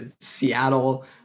Seattle